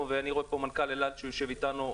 אני רואה פה את מנכ"ל אל-על שיושב אתנו.